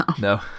no